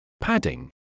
padding